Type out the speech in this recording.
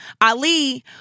Ali